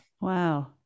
wow